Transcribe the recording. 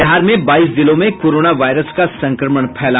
बिहार में बाईस जिलों में कोरोना वायरस का संक्रमण फैला